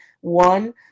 one